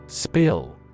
Spill